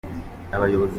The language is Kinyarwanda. abayobozi